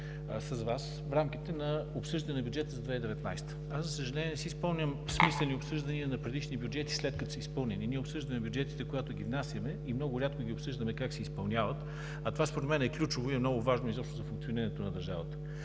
с Вас в рамките на обсъждания бюджет за 2019 г. За съжаление, не си спомням смислени обсъждания на предишни бюджети, след като са изпълнени. Ние обсъждаме бюджетите, когато ги внасяме и много рядко обсъждаме как се изпълняват, а това според мен е ключово и е много важно изобщо за функционирането на държавата.